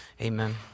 amen